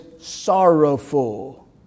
sorrowful